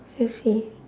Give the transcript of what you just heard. okay